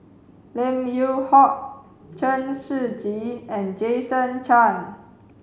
Lim Yew Hock Chen Shiji and Jason Chan